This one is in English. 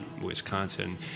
Wisconsin